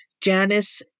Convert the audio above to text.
Janice